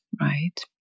right